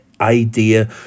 idea